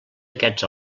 aquests